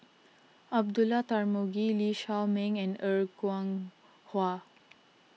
Abdullah Tarmugi Lee Shao Meng and Er Kwong Wah